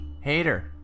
hater